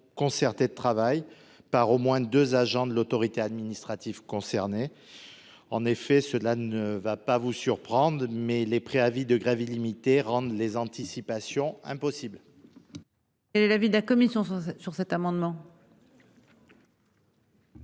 concertée de travail par au moins deux agents de l'autorité administrative concernée. En effet, cela ne va pas vous surprendre, les préavis de grève illimités rendent les anticipations impossibles. Quel est l'avis de la commission ? Cet amendement a